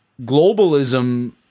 globalism